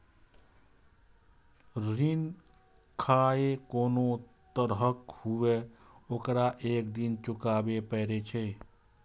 ऋण खाहे कोनो तरहक हुअय, ओकरा एक दिन चुकाबैये पड़ै छै